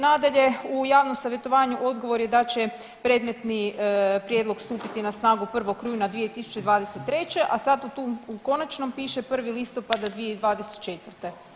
Nadalje, u javnom savjetovanju odgovor je da će predmetni prijedlog stupiti na snagu 1. rujna 2023. a sada tu u konačnom piše 1. listopada 2024.